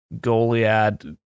Goliad